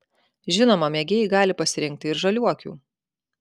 žinoma mėgėjai gali pasirinkti ir žaliuokių